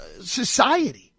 society